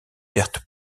pertes